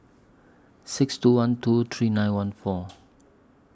six two one two three nine one four